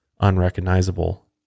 unrecognizable